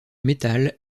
métal